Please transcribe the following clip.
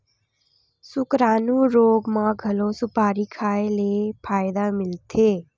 सुकरानू रोग म घलो सुपारी खाए ले फायदा मिलथे